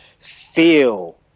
feel